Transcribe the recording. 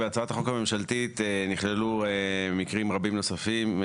בהצעת החוק הממשלתית נכללו מקרים רבים נוספים,